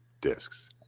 discs